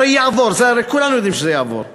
הרי זה יעבור, הרי כולנו יודעים שזה יעבור.